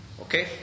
Okay